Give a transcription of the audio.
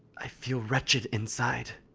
i feel wretched inside!